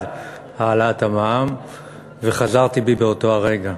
העלאת המע"מ וחזרתי בי באותו הרגע.